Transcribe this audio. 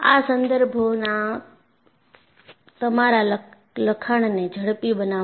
આ સંદર્ભોના તમારા લખાણને ઝડપી બનાવશે